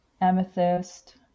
amethyst